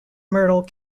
myrtle